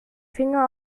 finger